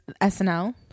SNL